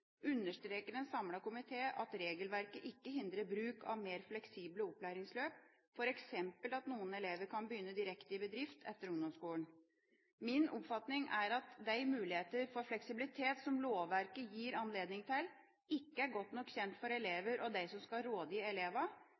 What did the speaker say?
understreker en samlet komité at regelverket ikke hindrer bruk av mer fleksible opplæringsløp, f.eks. at noen elever kan begynne direkte i bedrift etter ungdomsskolen. Min oppfatning er at de muligheter for fleksibilitet som lovverket gir anledning til, ikke er godt nok kjent for elevene og dem som skal